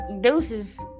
deuces